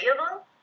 available